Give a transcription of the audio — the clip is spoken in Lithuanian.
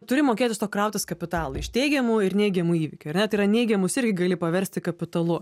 turi mokėtis krautis kapitalą iš teigiamų ir neigiamų įvykių ar ne tai yra neigiamus irgi gali paversti kapitalu